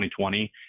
2020